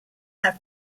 have